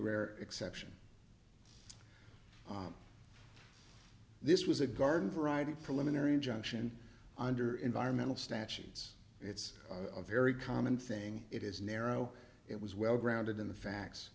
rare exception this was a garden variety preliminary injunction under environmental statutes it's a very common thing it is narrow it was well grounded in the facts